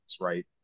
right